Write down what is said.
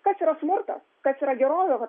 kas yra smurtas kas yra gerovė vat